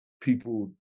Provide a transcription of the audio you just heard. people